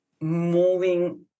moving